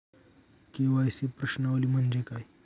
KYC प्रश्नावली म्हणजे काय?